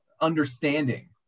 understanding